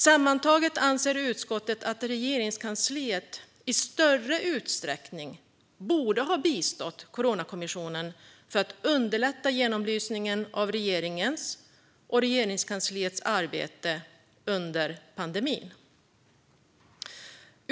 Sammantaget anser utskottet att Regeringskansliet i större utsträckning borde ha bistått Coronakommissionen för att underlätta genomlysningen av regeringens och Regeringskansliets arbete under pandemin.